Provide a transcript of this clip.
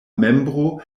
membro